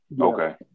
Okay